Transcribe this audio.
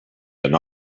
than